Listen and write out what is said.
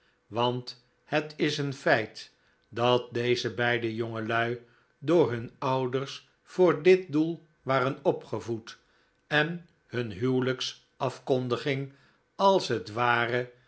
want het is een feit dat deze beide jongelui door hun ouders voor dit doel waren opgevoed en hun huwelijksaf kondiging als het ware